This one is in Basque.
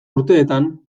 urteetan